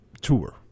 tour